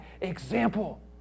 example